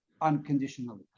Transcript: unconditionally